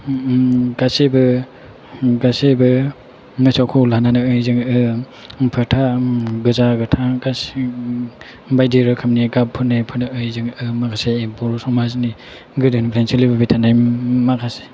गासैबो मोसौखौ लानानै जोङो फोथा गोजा गोथां गासै बायदि रोखोमनि गाब होनाय जायो माखासे बर' समाजनि गोदोनिफ्राय सोलिबोबाय थानाय माखासे